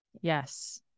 Yes